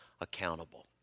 accountable